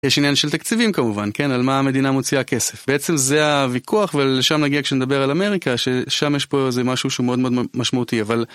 יש עניין של תקציבים כמובן, כן, על מה המדינה מוציאה כסף. בעצם זה הוויכוח, ולשם נגיע כשנדבר על אמריקה, ששם יש פה איזה משהו שהוא מאוד מאוד משמעותי. אבל